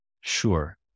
Sure